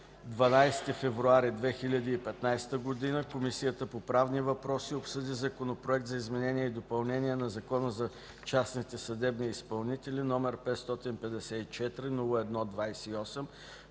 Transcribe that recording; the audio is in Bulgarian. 12.02.2015 г., Комисията по правни въпроси обсъди Законопроект за изменение и допълнение на Закона за частните съдебни изпълнители, № 554-01-28,